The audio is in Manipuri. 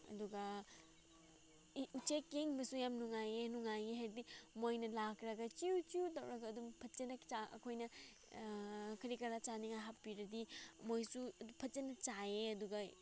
ꯑꯗꯨꯒ ꯎꯆꯦꯛ ꯌꯦꯡꯕꯁꯨ ꯌꯥꯝ ꯅꯨꯡꯉꯥꯏꯌꯦ ꯅꯨꯡꯉꯥꯏꯌꯦ ꯍꯥꯏꯕꯗꯤ ꯃꯣꯏꯅ ꯂꯥꯛꯂꯒ ꯆ꯭ꯌꯨ ꯆ꯭ꯌꯨ ꯇꯧꯔꯒ ꯑꯗꯨꯝ ꯐꯖꯅ ꯑꯩꯈꯣꯏꯅ ꯀꯔꯤ ꯀꯔꯥ ꯆꯥꯅꯤꯡꯉꯥꯏ ꯍꯥꯞꯄꯤꯔꯗꯤ ꯃꯣꯏꯁꯨ ꯑꯗꯨ ꯐꯖꯅ ꯆꯥꯏꯌꯦ ꯑꯗꯨꯒ